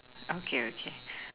okay okay